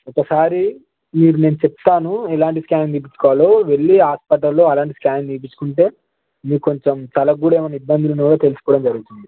ఒకసారి మీకు నేను చెప్తాను ఎలాంటి స్క్యానింగ్ తీయించుకోవాలో వెళ్ళి హాస్పిటల్లో అలాంటి స్క్యానింగ్ తీపిచ్చుకుంటే మీకు కొంచెం తలకి కూడా ఏమన్నా ఇబ్బంది ఉన్నా కూడా తెలిసుకోవడం జరుగుతుంది